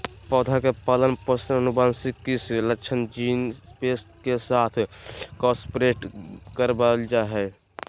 पौधा के पालन पोषण आनुवंशिक किस्म लक्षण जीन पेश के साथ क्रॉसब्रेड करबाल जा हइ